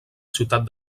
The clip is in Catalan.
ciutat